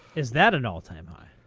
is that an all time high?